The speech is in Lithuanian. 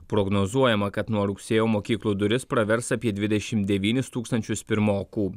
prognozuojama kad nuo rugsėjo mokyklų duris pravers apie dvidešimt devynis tūkstančius pirmokų